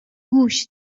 گوش